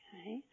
Okay